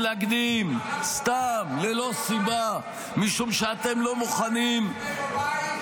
מתנגדים סתם ללא סיבה -- שכחת מה היה לפני יומיים?